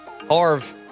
Harv